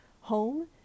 home